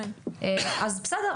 אז בסדר,